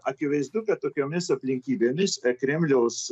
akivaizdu kad tokiomis aplinkybėmis kremliaus